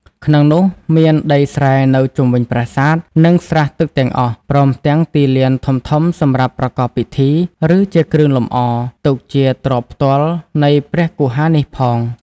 ក្នុងនោះមានដីស្រែនៅជុំវិញប្រាសាទ និងស្រះទឹកទាំងអស់ ព្រមទាំងទីលានធំៗសម្រាប់ប្រកបពិធី ឬជាគ្រឿងលម្អ ទុកជាទ្រព្យផ្ទាល់នៃព្រះគុហានេះផង ។